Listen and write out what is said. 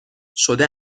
شده